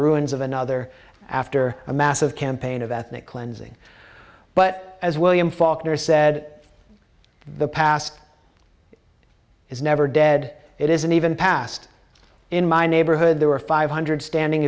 ruins of another after a massive campaign of ethnic cleansing but as william faulkner said the past is never dead it isn't even passed in my neighborhood there were five hundred standing